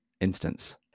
instance